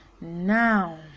Now